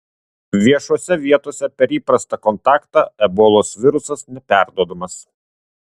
viešose vietose per įprastą kontaktą ebolos virusas neperduodamas